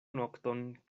nokton